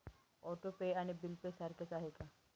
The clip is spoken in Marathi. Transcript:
ऑटो पे आणि बिल पे सारखेच आहे का?